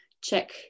Check